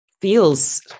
feels